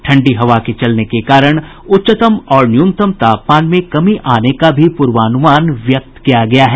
ठंडी हवा के चलने के कारण उच्चतम और न्यूनतम तापमान में कमी आने का भी पूर्वानुमान जताया गया है